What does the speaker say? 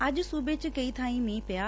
ਅੱਜ ਸੂਬੇ ਵਿਚ ਕਈ ਬਾਂਈਂ ਮੀਂਹ ਪਿਆ